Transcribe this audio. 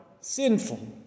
sinful